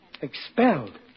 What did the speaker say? Expelled